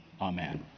amen